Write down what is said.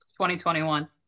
2021